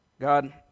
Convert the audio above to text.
God